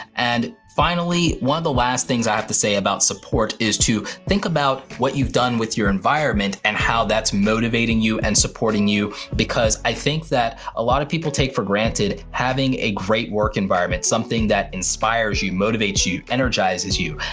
and finally, one of the last things i have to say about support is to think about what you've done with your environment and how that's motivating you and supporting you. because i think that a lot of people take for granted having a great work environment, something that inspires you, motivates you, energizes you,